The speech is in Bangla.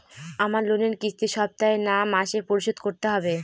আমার লোনের কিস্তি সপ্তাহে না মাসে পরিশোধ করতে হবে?